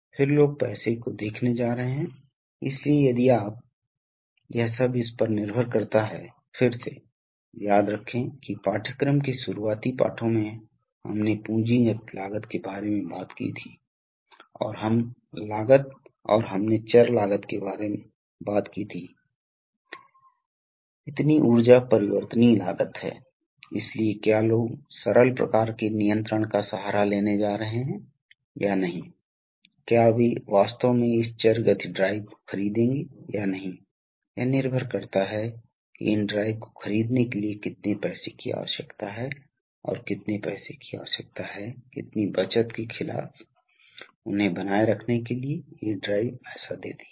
तो वाल्व बंद है ठीक है दूसरी तरफ यदि आप इस स्थिति को इस छोर से जोड़ते हैं और यह अंत यदि आप इस स्थिति से जुड़ते हैं तो क्या होता है तो पिस्टन सही चलना शुरू कर देगा क्योंकि यह कक्ष यहां से जुड़ा हुआ होगा लेकिन यह कक्ष उच्च दबाव से जुड़ा होगा इसलिए पिस्टन चलना शुरू कर देगा और फिर इसके विपरीत होगा यदि आप इसे इस स्थिति में दूसरे तरीके से जोड़ते हैं और इस स्थिति में दूसरे तरीके से चलना शुरू कर देते हैं यदि आप उन दोनों को रखें इसलिए चार संयोजन हैं और यदि आप दोनों को इस स्थिति में रखते हैं तो इस स्थिति में वास्तव में सिलेंडर फ्लोट होता है